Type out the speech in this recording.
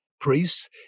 priests